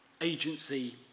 agency